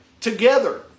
Together